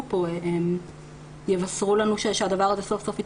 פה יבשרו לנו שהדבר הזה סוף סוף יתקדם.